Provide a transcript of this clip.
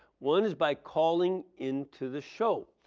one is by calling into the show.